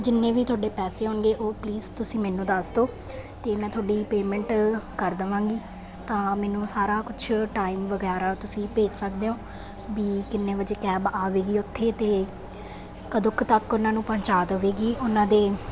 ਜਿੰਨੇ ਵੀ ਤੁਹਾਡੇ ਪੈਸੇ ਹੋਣਗੇ ਉਹ ਪਲੀਜ਼ ਤੁਸੀਂ ਮੈਨੂੰ ਦੱਸ ਦੋ ਤੇ ਮੈਂ ਤੁਹਾਡੀ ਪੇਮੈਂਟ ਕਰ ਦਵਾਂਗੀ ਤਾਂ ਮੈਨੂੰ ਸਾਰਾ ਕੁਝ ਟਾਈਮ ਤੁਸੀਂ ਭੇਜ ਸਕਦੇ ਹੋ ਵੀ ਕਿੰਨੇ ਵਜੇ ਕੈਬ ਆਵੇਗੀ ਉੱਥੇ ਤੇ ਕਦੋਂ ਕ ਤੱਕ ਉਹਨਾਂ ਨੂੰ ਪਹੁੰਚਾ ਦਵੇਗੀ ਉਹਨਾਂ ਦੇ